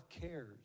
cares